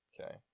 Okay